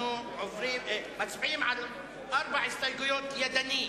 אנחנו מצביעים על ארבע הסתייגויות של הקבוצה ידנית,